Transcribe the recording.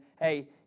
Hey